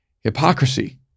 hypocrisy